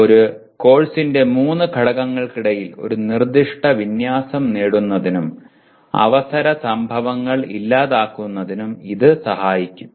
ഒരു കോഴ്സിന്റെ മൂന്ന് ഘടകങ്ങൾക്കിടയിൽ ഒരു നിർദ്ദിഷ്ട വിന്യാസം നേടുന്നതിനും അവസര സംഭവങ്ങൾ ഇല്ലാതാക്കുന്നതിനും ഇത് സഹായിക്കും